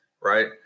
right